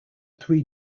three